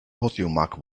podiumak